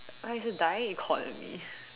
but it's a dying economy